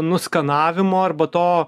nuskanavimo arba to